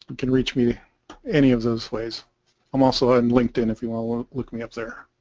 but can reach me any of those ways i'm also on linkedin if you want want looking up there